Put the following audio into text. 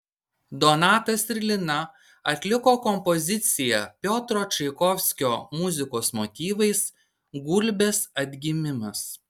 donatas ir lina atliko kompoziciją piotro čaikovskio muzikos motyvais gulbės atgimimas